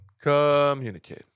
Communicate